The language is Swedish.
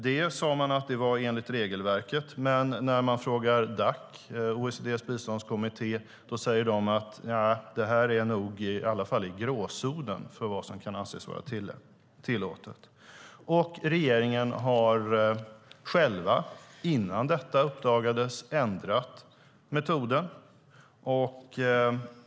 Man sade att det var enligt regelverket, men enligt OECD:s biståndskommitté Dac är det i gråzonen för vad som kan anses vara tillåtet. Regeringen har själv, innan detta uppdagades, ändrat metoden.